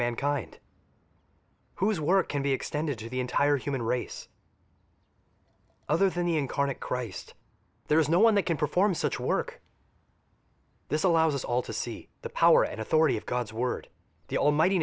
mankind whose work can be extended to the entire human race other than the incarnate christ there is no one that can perform such work this allows us all to see the power and authority of god's word the almight